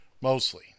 mostly